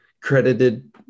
credited